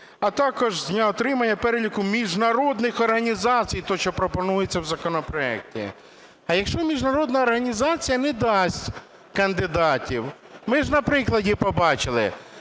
а також з дня отримання переліку міжнародних організацій (те, що пропонується в законопроекті). А якщо міжнародна організація не дасть кандидатів? Ми ж на прикладі побачили: